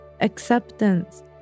acceptance